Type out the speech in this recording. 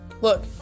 Look